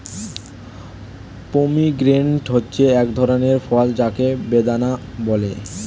pomegranate হচ্ছে এক ধরনের ফল যাকে বেদানা বলে